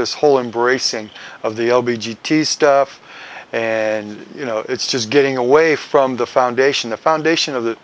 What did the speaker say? this whole embracing of the l b g t stuff and you know it's just getting away from the foundation the foundation of the